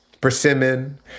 persimmon